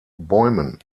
bäumen